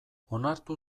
onartu